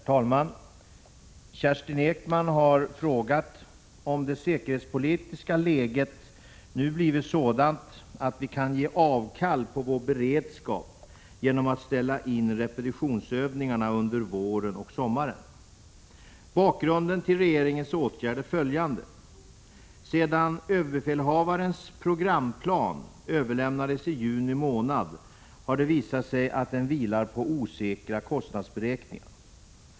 Herr talman! Kerstin Ekman har frågat om det säkerhetspolitiska läget nu blivit sådant att vi kan ge avkall på vår beredskap genom att ställa in repetitionsövningarna under våren och sommaren. Bakgrunden till regeringens åtgärd är följande. Sedan överbefälhavarens programplan överlämnades i juni månad har det visat sig att den vilar på osäkra kostnadsberäkningar.